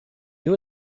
you